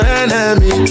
enemy